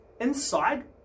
inside